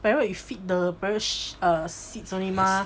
parrot you feed the parrot seeds only mah